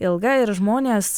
ilga ir žmonės